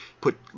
put